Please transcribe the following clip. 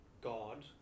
God